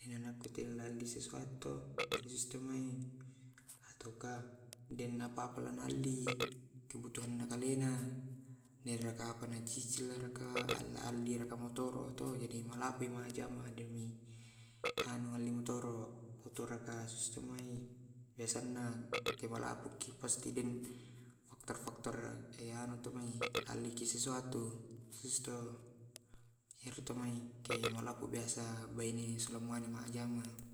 Atauka dena papa na alli kebutuhan nakalena nacicil raka jadi malabboi majama alli motoro tutoral ka sustemai basanna ko malabuki pasti deng faktor faktor ke ano tu ku mai alliki sesuatu sisto ke mallappo biasa baine kemai majama.